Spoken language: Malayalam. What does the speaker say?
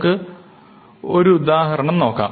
നമുക്ക് ഒരുദാഹരണം നോക്കാം